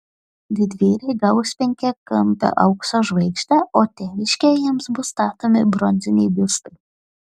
didvyriai gaus penkiakampę aukso žvaigždę o tėviškėje jiems bus statomi bronziniai biustai